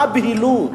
מה הבהילות?